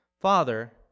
Father